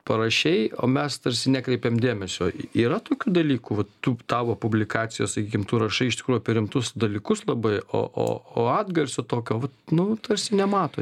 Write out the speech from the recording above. parašei o mes tarsi nekreipiam dėmesio yra tokių dalykų vat tų tavo publikacijos sakykim tu rašai iš tikrųjų apie rimtus dalykus labai o o o atgarsių tokio vat nu tarsi nemato